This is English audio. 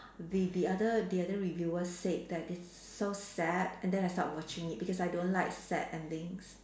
the the other the other reviewers said that it's so sad and then I stop watching it because I don't like sad endings